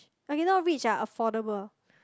okay not rich ah affordable